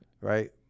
right